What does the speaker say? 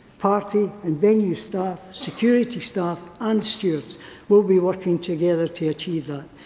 party and venue staff, security staff and stewards will be working together to achieve that.